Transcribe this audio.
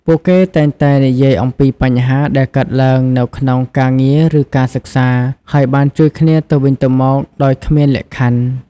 ពួកគេតែងតែនិយាយអំពីបញ្ហាដែលកើតឡើងនៅក្នុងការងារឬការសិក្សា ហើយបានជួយគ្នាទៅវិញទៅមកដោយគ្មានលក្ខខណ្ឌ។